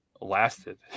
lasted